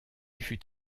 fut